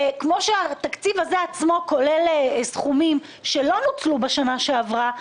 כמו שהתקציב הזה עצמו כולל סכומים שלא נוצלו בשנה שעברה,